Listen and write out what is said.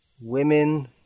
women